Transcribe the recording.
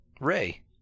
Ray